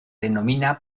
denomina